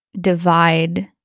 divide